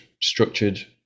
structured